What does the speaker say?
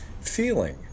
feeling